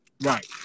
Right